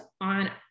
on